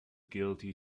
guilty